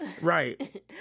Right